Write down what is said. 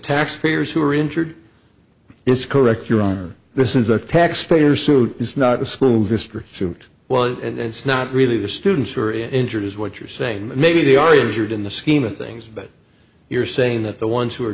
taxpayers who are injured it's correct your honor this is a taxpayer suit it's not the school district so well and it's not really the students were injured is what you're saying maybe they are you injured in the scheme of things but you're saying that the ones who are